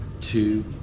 two